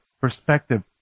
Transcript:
perspective